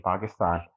Pakistan